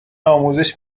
آموزش